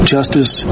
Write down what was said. Justice